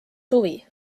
suvi